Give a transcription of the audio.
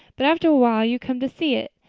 but after a while you come to see it.